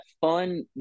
fun